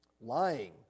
Lying